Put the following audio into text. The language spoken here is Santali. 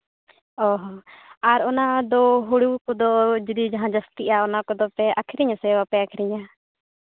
ᱚ ᱦᱚᱸ ᱟᱨ ᱚᱱᱟ ᱫᱚ ᱦᱩᱲᱩ ᱠᱚᱫᱚ ᱡᱩᱫᱤ ᱡᱟᱦᱟᱸ ᱡᱟᱹᱥᱛᱤᱜᱼᱟ ᱚᱱᱟ ᱠᱚᱫᱚ ᱯᱮ ᱟᱹᱠᱷᱨᱤᱧᱟᱥᱮ ᱵᱟᱯᱮ ᱟᱹᱠᱷᱨᱤᱧᱟ